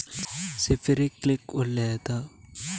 Sprinkler ಒಳ್ಳೇದೇ?